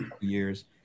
years